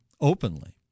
openly